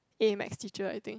A maths teacher I think